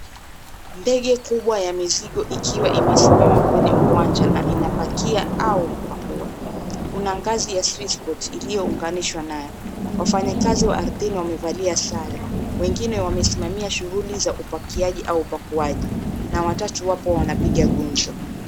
Ndege kubwa ya mizigo ikiwa imesimama kwenye uwanja na unapika au kupakua. Kuna ngazi ya swiss port iliyounganishwa nayo. Wafanyikazi wa ardhini wamevalia sare. Wengine wamesimamia shughuli za upakiaji au upakuaji. Na watatu wapo wanapiga gumzo.